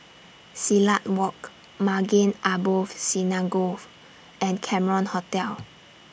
Silat Walk Maghain Aboth Synagogue and Cameron Hotel